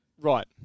Right